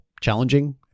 challenging